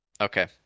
Okay